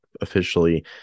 officially